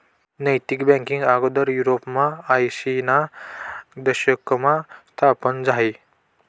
नैतिक बँकींग आगोदर युरोपमा आयशीना दशकमा स्थापन झायं